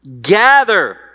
gather